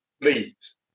leaves